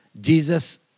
Jesus